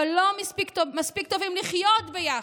אבל לא מספיק טובים בלחיות ביחד?